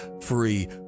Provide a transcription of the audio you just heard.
free